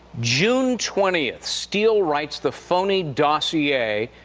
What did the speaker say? june twentieth, steele writes the phony dossier,